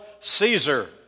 Caesar